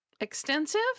extensive